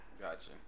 Gotcha